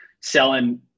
selling